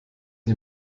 die